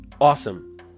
Awesome